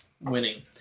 Winning